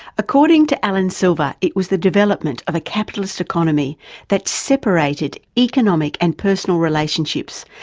according to allan silver, it was the development of a capitalist economy that separated economic and personal relationships,